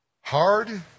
Hard